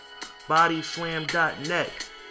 Bodyslam.net